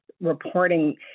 reporting